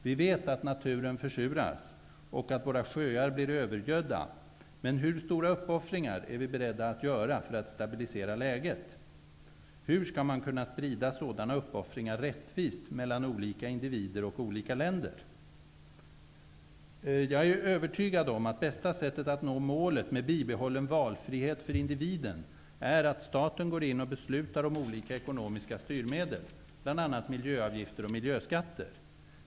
Vi vet att naturen försuras och att våra sjöar blir övergödda, men hur stora uppoffringar är vi beredda att göra för att stabilisera läget? Hur skall man kunna sprida sådana uppoffringar rättvist mellan olika individer och olika länder? Jag är övertygad om att bästa sättet att nå målet med bibehållen valfrihet för individen är att staten går in och beslutar om olika ekonomiska styrmedel, bl.a. miljöavgifter och miljöskatter.